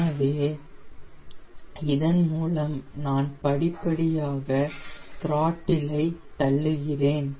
எனவே இதன் மூலம் நான் படிப்படியாக துராட்டில் ஐ தள்ளுகிறேன்